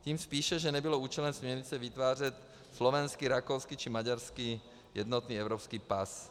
Tím spíše, že nebylo účelem směrnice vytvářet slovenský, rakouský či maďarský jednotný evropský pas.